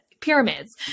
pyramids